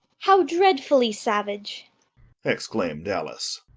how dreadfully savage exclaimed alice.